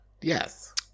Yes